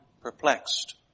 perplexed